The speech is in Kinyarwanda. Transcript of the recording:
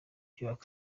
igihugu